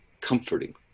comforting